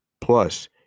Plus